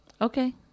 Okay